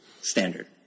standard